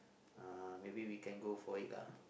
uh maybe we can go for it ah